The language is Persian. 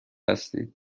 هستید